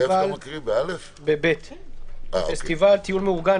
טיול מאורגן,